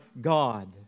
God